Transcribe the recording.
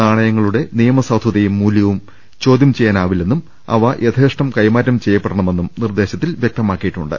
നാണയങ്ങളുടെ നിയമസാധുതയും മൂല്യവും ചോദ്യം ചെയ്യാനാവില്ലെന്നും അവ യഥേഷ്ടം കൈമാറ്റം ചെയ്യപ്പെടണ മെന്നും നിർദ്ദേശത്തിൽ വ്യക്തമാക്കിയിട്ടുണ്ട്